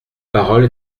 parole